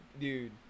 dude